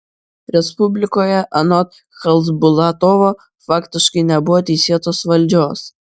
respublikoje anot chasbulatovo faktiškai nebuvo teisėtos valdžios